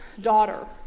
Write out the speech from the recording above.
daughter